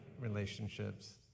relationships